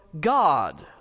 God